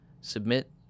submit